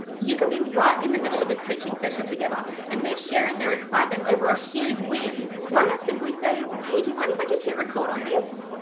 you could be right in the middle of a coaching session together, and they're sharing their excitement over a huge win, why not simply say, hey, do you mind if i just hit record on this?